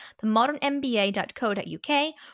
themodernmba.co.uk